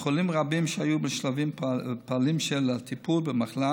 וחולים רבים שהיו בשלבים פעילים של הטיפול במחלה